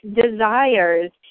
desires